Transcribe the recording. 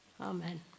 Amen